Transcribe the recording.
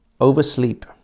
Oversleep